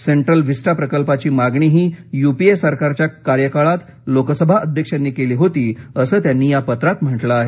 central Vista प्रकल्पाची मागणीही UPA सरकारच्या कार्यकाळात लोकसभा अध्यक्षांनी केली होती असं त्यांनी या पत्रात म्हटलं आहे